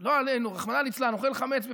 לא עלינו, רחמנא ליצלן, אוכל חמץ בפסח.